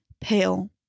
pale